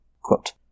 quote